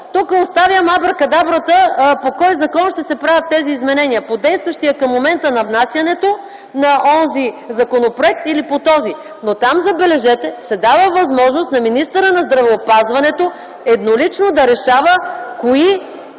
Тук оставям абракадабрата по кой закон ще се правят тези изменения – по действащия към момента на внасянето на онзи законопроект или по този. Но там, забележете, се дава възможност на министъра на здравеопазването еднолично да решава кои